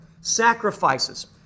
sacrifices